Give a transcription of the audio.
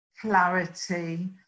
clarity